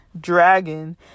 dragon